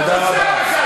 תודה רבה.